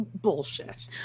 bullshit